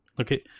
Okay